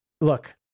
look